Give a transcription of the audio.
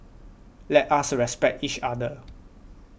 let us respect each other